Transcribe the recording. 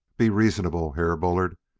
be reasonable, herr bullard.